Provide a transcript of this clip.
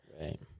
right